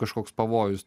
kažkoks pavojus